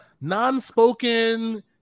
non-spoken